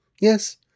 Yes